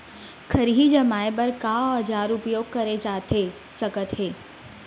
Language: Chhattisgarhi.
खरही जमाए बर का औजार उपयोग करे जाथे सकत हे?